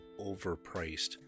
overpriced